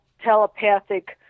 telepathic